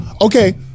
okay